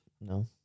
No